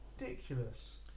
ridiculous